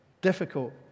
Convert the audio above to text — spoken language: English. difficult